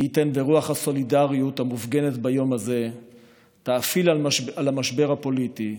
מי ייתן ורוח הסולידריות המופגנת ביום הזה תאפיל על המשבר הפוליטי,